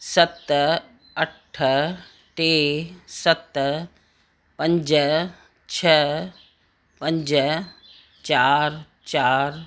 सत अठ टे सत पंज छह पंज चारि चारि